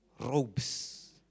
robes